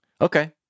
Okay